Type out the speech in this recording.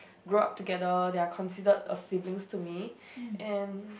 grow up together they are considered a siblings to me and